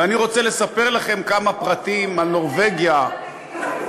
ואני רוצה לספר לכם כמה פרטים על נורבגיה כדי